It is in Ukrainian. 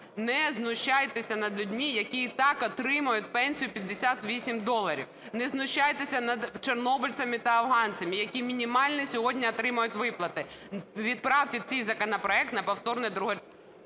не знущайтеся над людьми, які і так отримують пенсію 58 доларів, не знущайтесь над чорнобильцями та афганцями, які мінімальні сьогодні отримують виплати. Відправте цей законопроект на повторне друге…